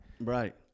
right